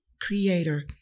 creator